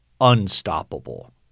unstoppable